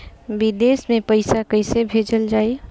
विदेश में पईसा कैसे भेजल जाई?